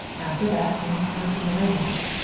after that things would be arranged.